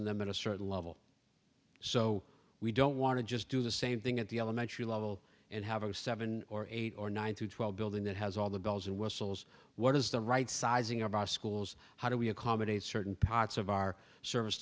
in them in a certain level so we don't want to just do the same thing at the elementary level and have a seven or eight or nine through twelve building that has all the bells and whistles what is the right sizing of our schools how do we accommodate certain parts of our service